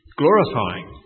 glorifying